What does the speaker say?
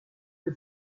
que